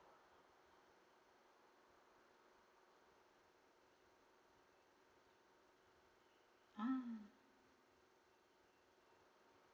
ah